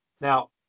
Now